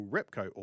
Repco